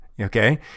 okay